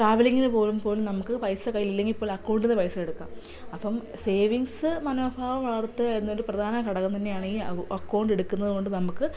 ട്രാവലിംഗിന് പോകുമ്പം പോലും നമുക്ക് പൈസ കയ്യിലില്ലെങ്കിൽ പോലും അക്കൗണ്ടീന്ന് പൈസ എടുക്കാം അപ്പം സേവിങ്സ് മനോഭാവം വളർത്തുക എന്നൊരു പ്രധാനഘടകം തന്നെയാണ് ഈ അക്കൗണ്ട് എടുക്കുന്നത് കൊണ്ട് നമുക്ക്